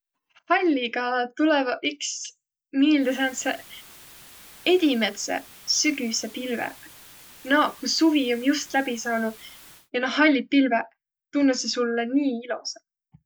Halliga tulõvaq iks miilde sääntseq edimädseq sügüsepilveq. Naaq, ku suvi om just läbi saanuq ja naaq halliq pilveq tunnusõq sullõ nii ilosaq.